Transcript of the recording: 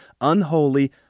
unholy